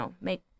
make